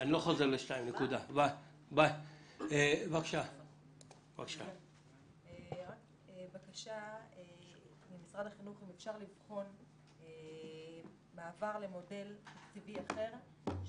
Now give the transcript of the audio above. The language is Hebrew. אני לא חוזר לסעיף 2. בקשה ממשרד החינוך.